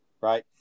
Right